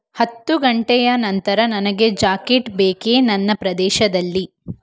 ಹತ್ತು ಗಂಟೆಯ ನಂತರ ನನಗೆ ಜಾಕೆಟ್ ಬೇಕೇ ನನ್ನ ಪ್ರದೇಶದಲ್ಲಿ